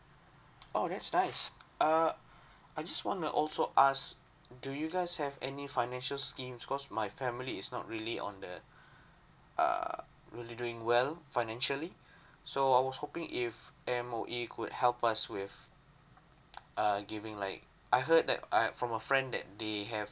oh that's nice err I just want to also ask do you guys have any financial schemes cause my family is not really on the err really doing well financially so I was hoping if M_O_E could help us with uh giving like I heard that I have from a friend that they have